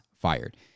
fired